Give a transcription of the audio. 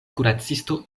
kuracisto